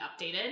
updated